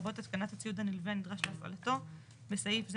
לרבות התקנת הציוד הנלווה הנדרש להפעלתו (בסעיף זה,